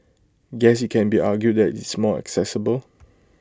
guess IT can be argued that it's more accessible